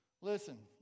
Listen